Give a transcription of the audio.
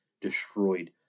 destroyed